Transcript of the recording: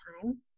time